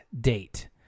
date